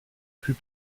plus